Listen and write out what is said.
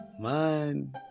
man